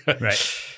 Right